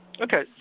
Okay